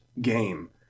game